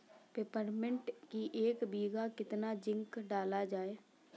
Peppermint की एक बीघा कितना जिंक डाला जाए?